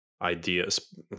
ideas